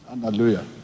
Hallelujah